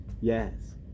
Yes